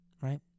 right